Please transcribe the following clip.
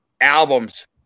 albums